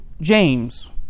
James